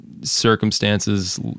circumstances